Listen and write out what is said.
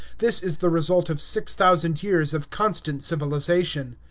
this is the result of six thousand years of constant civilization.